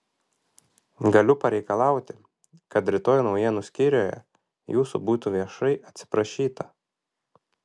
galiu pareikalauti kad rytoj naujienų skyriuje jūsų būtų viešai atsiprašyta